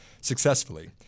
successfully